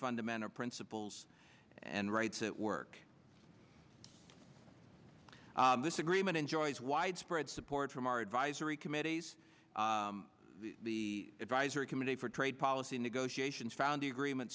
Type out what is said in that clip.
fundamental principles and rights at work this agreement enjoys widespread support from our advisory committees the advisory committee for trade policy negotiations founding agreement